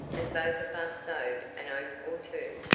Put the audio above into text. and both of us sowed an oat or two.